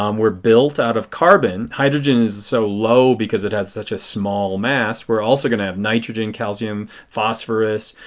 um we are built out of carbon, hydrogen is so low because it has such a small mass. we are also going to have nitrogen, calcium, phosphorous.